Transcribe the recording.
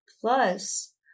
plus